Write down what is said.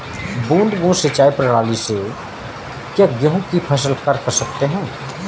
बूंद बूंद सिंचाई प्रणाली से क्या गेहूँ की फसल कर सकते हैं?